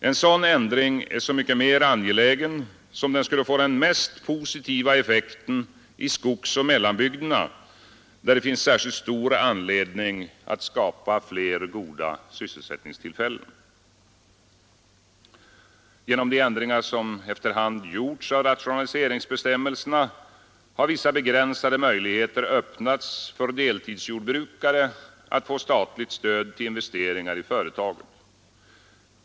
En sådan ändring är så mycket mer angelägen som den skulle få den mest positiva effekten i skogsoch mellanbygderna, där det finns särskilt stor anledning att skapa flera goda sysselsättningstillfällen. Genom de ändringar som efter hand gjorts av rationaliseringsbestämmelserna har vissa begränsade möjligheter öppnats för deltidsjordbrukare att få statligt stöd till investeringar i företaget.